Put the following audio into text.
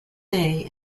day